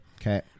Okay